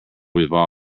revolved